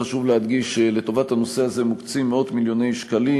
חשוב להדגיש שלטובת הנושא הזה מוקצים מאות-מיליוני שקלים